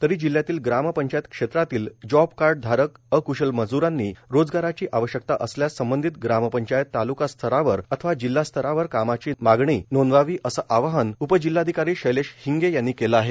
तरी जिल्ह्यातील ग्रामपंचायत क्षेत्रातील जॉबकार्डधारक अकशल मजूरांनी रोजगाराची आवश्यकता असल्यास संबंधित ग्रामपंचायत तालुका स्तरावर अथवा जिल्हा स्तरावर कामाची मागणी नोंदवावी असं आवाहन उपजिल्हाधिकारी शैलेश हिंगे यांनी केलं आहे